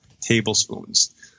tablespoons –